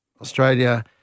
Australia